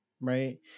right